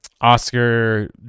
oscar